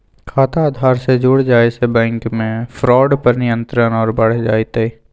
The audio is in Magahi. खाता आधार से जुड़ जाये से बैंक मे फ्रॉड पर नियंत्रण और बढ़ जय तय